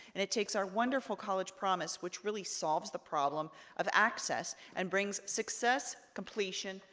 and it takes our wonderful college promise, which really solves the problem of access, and brings success, completion,